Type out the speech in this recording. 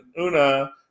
Una